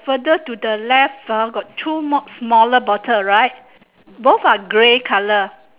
further to the left uh got two much smaller bottle right both are grey colour